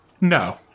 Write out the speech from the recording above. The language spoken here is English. No